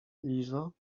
lizo